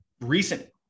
recent